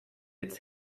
its